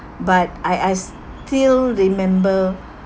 but I I still remember